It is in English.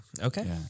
Okay